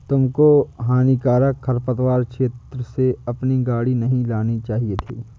तुमको हानिकारक खरपतवार क्षेत्र से अपनी गाड़ी नहीं लानी चाहिए थी